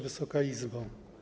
Wysoka Izbo!